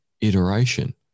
iteration